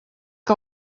que